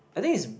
I think is